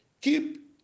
keep